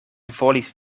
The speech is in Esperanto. volis